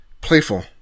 Playful